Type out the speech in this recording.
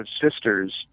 sisters